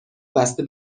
بسته